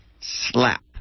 slap